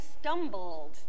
stumbled